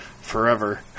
Forever